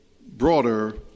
broader